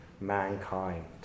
mankind